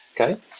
Okay